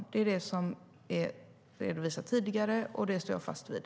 Det är det som har redovisats tidigare, och det står jag fast vid.